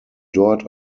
dort